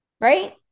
right